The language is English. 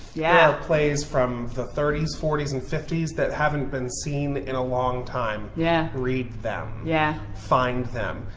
yeah plays from the thirty s, forty s, and fifty s that haven't been seen in a long time. yeah read them. yeah find them.